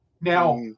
Now